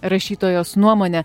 rašytojos nuomone